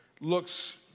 looks